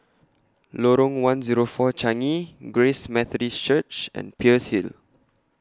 Lorong one Zero four Changi Grace Methodist Church and Peirce Hill